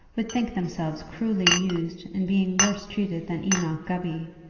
would think themselves cruelly used in being worse treated than enoch gubby,